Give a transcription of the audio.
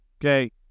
Okay